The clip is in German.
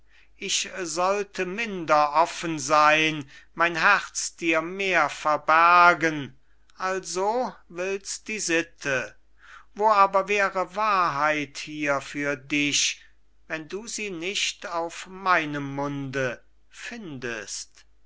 ich sollte minder offen sein mein herz dir mehr verbergen also wills die sitte wo aber wäre wahrheit hier für dich wenn du sie nicht auf meinem munde findest